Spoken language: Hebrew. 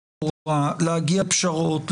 להגיע לפשרות,